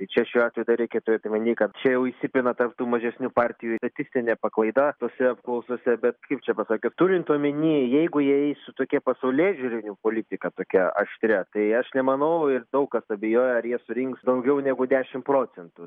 tai čia šiuo atveju dar reikia turėt omeny kad čia jau įsipina tarp tų mažesnių partijų statistinė paklaida tose apklausose bet kaip čia pasakius turint omeny jeigu jie eis su tokia pasaulėžiūrinių politika tokia aštria tai aš nemanau ir daug kas abejoja ar jie surinks daugiau negu dešim procentų